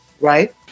right